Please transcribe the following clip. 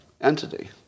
entity